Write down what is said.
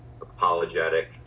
apologetic